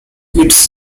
its